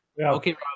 Okay